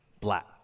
black